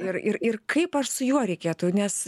ir ir kaip aš su juo reikėtų nes